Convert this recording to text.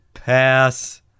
pass